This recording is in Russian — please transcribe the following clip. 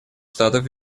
штатов